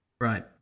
Right